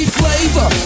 flavor